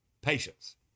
patience